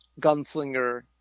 gunslinger